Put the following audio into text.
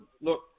Look